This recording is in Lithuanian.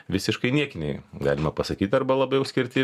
visiškai niekiniai galima pasakyt arba labiau skirti